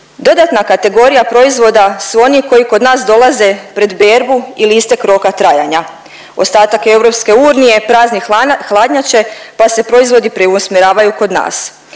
Dodatna kategorija proizvoda su oni koji kod nas dolaze pred berbu ili istek roka trajanja. Ostatak EU prazni hladnjače pa se proizvodi preusmjeravaju kod nas